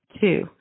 Two